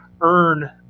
earn